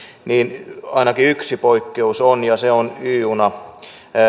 niin ainakin yksi poikkeus on ja se on y juna